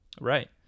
Right